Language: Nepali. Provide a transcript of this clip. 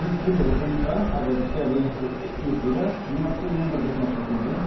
जुन पुलहरू पनि छ अब जस्तै अब यहाँ से उयोतिर यहाँ त्यो यहाँबाट देख्न सकिन्छ